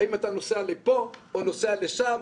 האם אתה נוסע לפה או נוסע לשם?